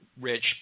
Rich